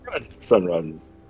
Sunrises